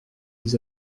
les